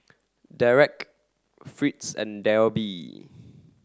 Dereck Fritz and Debbie